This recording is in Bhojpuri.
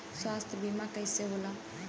स्वास्थ्य बीमा कईसे होला?